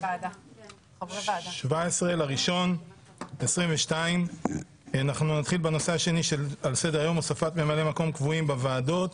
17 בינואר 2022. נתחיל בהוספת ממלאי מקום קבועים בוועדות.